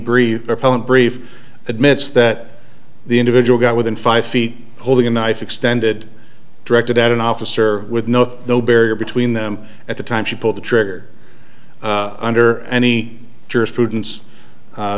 appellant brief admits that the individual got within five feet holding a knife extended directed at an officer with no no barrier between them at the time she pulled the trigger under any